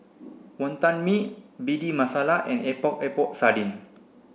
Wonton Mee Bhindi Masala and Epok Epok Sardin